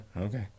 okay